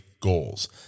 goals